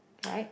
right